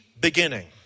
beginning